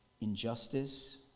injustice